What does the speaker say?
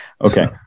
Okay